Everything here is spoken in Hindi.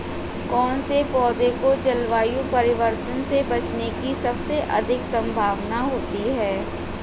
कौन से पौधे को जलवायु परिवर्तन से बचने की सबसे अधिक संभावना होती है?